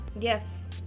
Yes